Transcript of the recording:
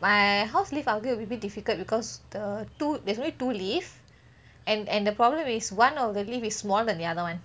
my house lift upgrade a bit difficult because the two there's only lift and and the problem is one of the lift is smaller that the other one